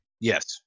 Yes